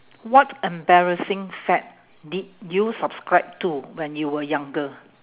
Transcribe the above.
what embarrassing fad did you subscribe to when you were younger